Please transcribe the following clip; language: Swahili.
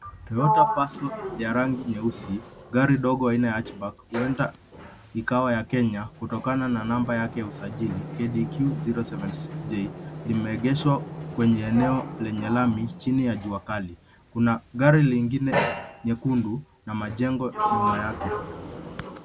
Toyota paso ya rangi nyeusi. Gari dogo ya aina ya hachback, huenda ikwawa ya Kenya kutokana na namba yake ya usajili KDQ 076J limeegeshwa kwenye eneo lenye lami chini ya jua kali. Kuna gari lingine nyekundu na majengo nyuma yake.